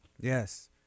Yes